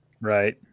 Right